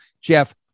Jeff